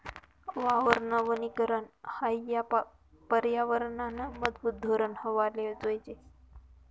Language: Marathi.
वावरनं वनीकरन हायी या परयावरनंनं मजबूत धोरन व्हवाले जोयजे